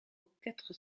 quatre